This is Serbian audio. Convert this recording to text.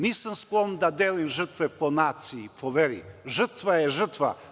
Nisam sklon da delim žrtve po naciji, po veri, žrtva je žrtva.